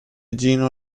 gino